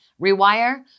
rewire